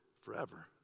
forever